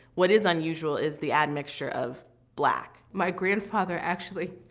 what is unusual is the admixture of black. my grandfather actually